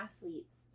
athletes